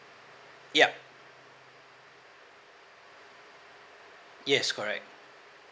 yup yes correct